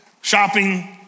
shopping